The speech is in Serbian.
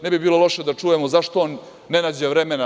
Ne bi bilo loše da čujemo zašto on ne nađe vremena.